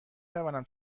توانم